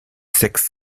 sixth